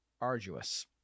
arduous